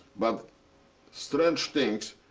but strange things,